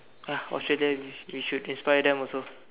you should inspire them also